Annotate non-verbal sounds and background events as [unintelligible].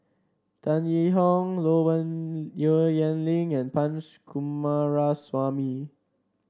Tan Yee Hong Low [unintelligible] Yen Ling and Punch Coomaraswamy